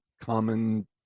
common